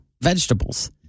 vegetables